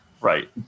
Right